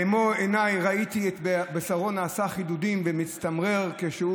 במו עיניי ראיתי איך בשרו נעשה חידודין ומצטמרר כשהוא